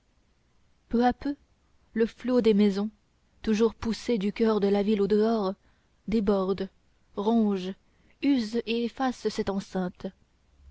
peu à peu le flot des maisons toujours poussé du coeur de la ville au dehors déborde ronge use et efface cette enceinte